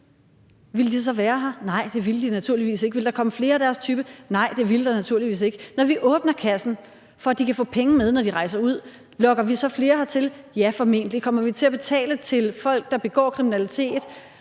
ville de så være her? Nej, det ville de naturligvis ikke. Ville der komme flere af deres type? Nej, det ville der naturligvis ikke. Når vi åbner kassen, for at de kan få penge med, når de rejser ud, lokker vi så flere hertil? Ja, formentlig. Kommer vi til at betale til folk, der begår kriminalitet,